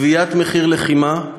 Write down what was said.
גביית מחיר לחימה,